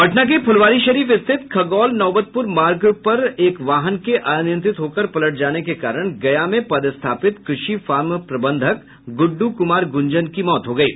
पटना के फुलवारीशरीफ स्थित खगौल नौबतपुर मार्ग में एक वाहन के अनियंत्रित होकर पलट जाने के कारण गया में पदस्थापित कृषि फार्म प्रबंधक गुड्डु कुमार गुंजन की मौत हो गयी